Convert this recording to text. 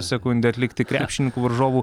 sekundę atlikti krepšininkų varžovų